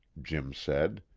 jim said.